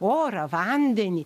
orą vandenį